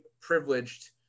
privileged